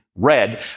red